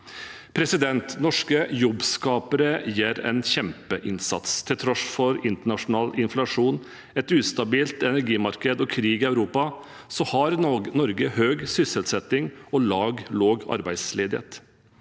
rikere. Norske jobbskapere gjør en kjempeinnsats. Til tross for internasjonal inflasjon, et ustabilt energimarked og krig i Europa har Norge høy sysselsetting og lav arbeidsledighet.